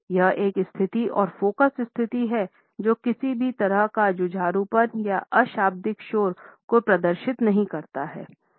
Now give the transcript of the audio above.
यह एक स्थिर और फोकस स्थिति है जो किसी भी तरह का जुझारूपन या अशाब्दिक शोर को प्रदर्शित नहीं करता है